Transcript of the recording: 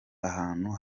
ahantu